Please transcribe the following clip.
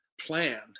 plan